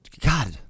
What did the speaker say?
God